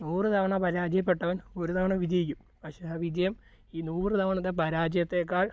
നൂറു തവണ പരാജയപ്പെട്ടവൻ ഒരു തവണ വിജയിക്കും പക്ഷേ ആ വിജയം ഈ നൂറു തവണത്തെ പരാജയത്തേക്കാൾ